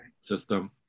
system